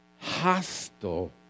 hostile